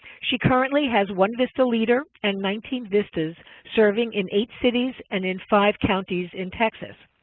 she currently has one vista leader and nineteen vistas serving in eight cities and in five counties in texas.